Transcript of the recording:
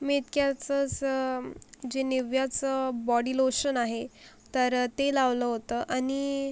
मी इतक्याचसं जे निव्याचं बॉडी लोशन आहे तर ते लावलं होतं आणि